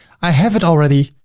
i have it already.